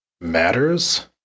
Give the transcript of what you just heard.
matters